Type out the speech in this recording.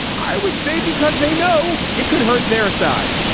i would say because they know it could hurt their side.